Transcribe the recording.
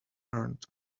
earned